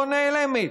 לא נעלמת,